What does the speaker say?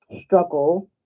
struggle